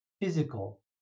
physical